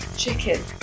chicken